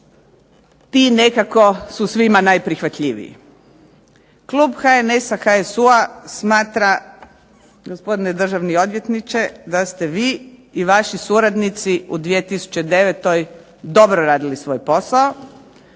Ti nekako su svima najprihvatljiviji. Klub HNS-a, HSU-a smatra gospodine državni odvjetniče da ste vi i vaši suradnici u 2009. dobro radili svoj posao.